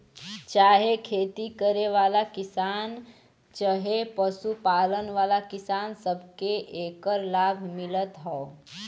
चाहे खेती करे वाला किसान चहे पशु पालन वाला किसान, सबके एकर लाभ मिलत हौ